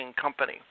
company